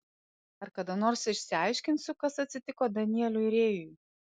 ar kada nors išsiaiškinsiu kas atsitiko danieliui rėjui